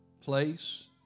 place